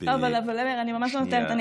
אבל, מאיר, אני ממש לא נוטרת.